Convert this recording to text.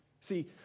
See